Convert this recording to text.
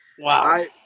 Wow